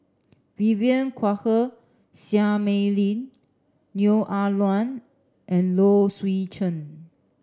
Vivien Quahe Seah Mei Lin Neo Ah Luan and Low Swee Chen